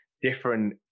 different